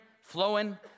flowing